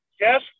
Yes